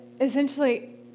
essentially